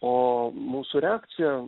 o mūsų reakcija